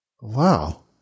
Wow